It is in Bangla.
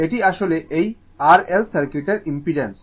এটি আসলে এই R L সার্কিটের ইম্পিডেন্স